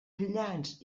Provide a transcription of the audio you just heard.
brillants